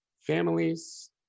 families